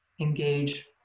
engage